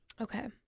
Okay